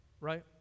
right